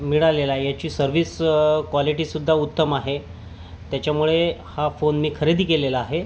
मिळालेला आहे याची सर्व्हिस क्वॉलिटीसुद्धा उत्तम आहे त्याच्यामुळे हा फोन मी खरेदी केलेला आहे